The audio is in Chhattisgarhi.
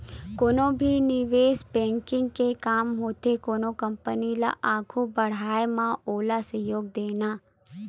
कोनो भी निवेस बेंकिग के काम होथे कोनो कंपनी ल आघू बड़हाय म ओला सहयोग देना